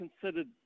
considered